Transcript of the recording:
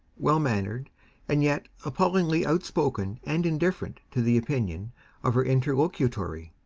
well mannered and yet appallingly outspoken and indifferent to the opinion of her interlocutory,